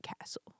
Castle